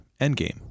Endgame